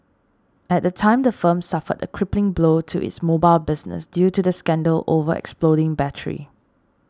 at the time the firm suffered a crippling blow to its mobile business due to the scandal over exploding batteries